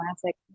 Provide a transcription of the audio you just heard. classic